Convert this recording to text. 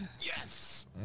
Yes